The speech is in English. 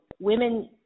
women